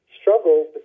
struggle